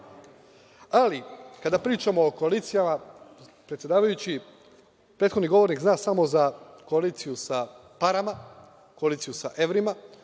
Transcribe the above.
kada pričamo o koalicijama, predsedavajući, prethodni govornik zna samo za koaliciju sa parama, koaliciju sa evrima,